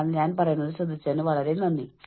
അതിനാൽ ഞാൻ പറയുന്നത് ശ്രദ്ധിച്ചതിന് വളരെ നന്ദി